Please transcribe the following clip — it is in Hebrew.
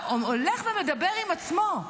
הוא הולך ומדבר עם עצמו,